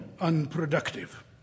unproductive